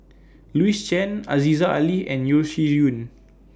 Louis Chen Aziza Ali and Yeo Shih Yun